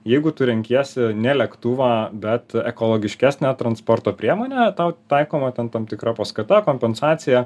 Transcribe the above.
jeigu tu renkiesi ne lėktuvą bet ekologiškesnę transporto priemonę tau taikoma tam tikra paskata kompensacija